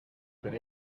been